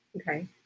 Okay